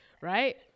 right